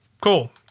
cool